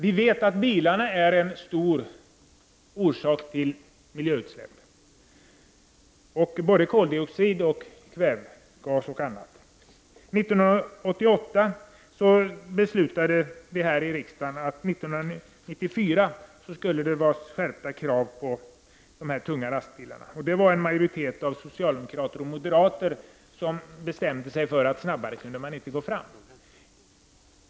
Vi vet att bilarna orsakar många miljöutsläpp, koldioxid, kvävgas och annat. År 1988 beslutade vi här i riksdagen att det år 1994 skulle införas skärpta krav för de tunga lastbilarna. En majoritet som bestod av socialdemokrater och moderater bestämde sig för att man inte kunde gå snabbare fram.